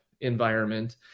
environment